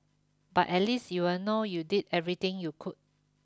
but at least you'll know you did everything you could